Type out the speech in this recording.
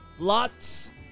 Lots